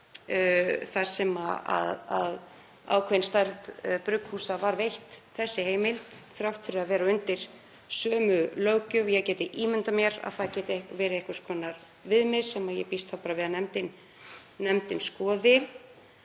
þar sem ákveðinni stærð brugghúsa var veitt þessi heimild þrátt fyrir að vera undir sömu löggjöf. Ég get ímyndað mér að það geti verið einhvers konar viðmið, sem ég býst við að nefndin skoði.